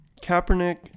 Kaepernick